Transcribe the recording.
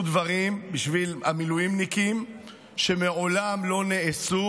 דברים בשביל המילואימניקים שמעולם לא נעשו,